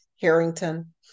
Harrington